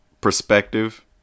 perspective